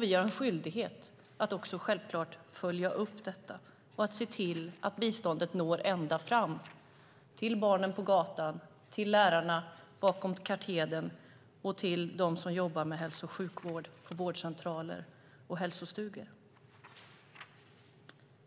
Vi har självklart också en skyldighet att följa upp detta och se till att biståndet når ända fram till barnen på gatan, till lärarna bakom katedern och till dem som jobbar med hälso och sjukvård på vårdcentraler och i hälsostugor.